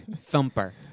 Thumper